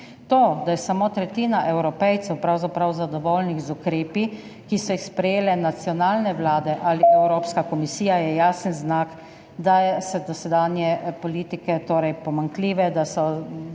To, da je samo tretjina Evropejcev pravzaprav zadovoljnih z ukrepi, ki so jih sprejele nacionalne vlade ali Evropska komisija, je jasen znak, da so dosedanje politike pomanjkljive, da so v boju